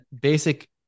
Basic